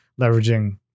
leveraging